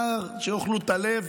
שיאכלו את הלב